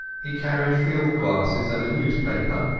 he carried field-glasses and a newspaper,